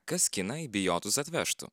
kas kiną į bijotus atvežtų